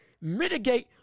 mitigate